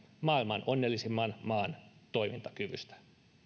maailman onnellisimman maan toimintakyvystä